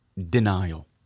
Denial